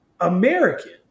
American